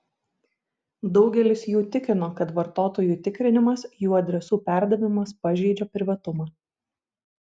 daugelis jų tikino kad vartotojų tikrinimas jų adresų perdavimas pažeidžia privatumą